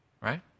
Right